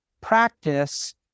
practice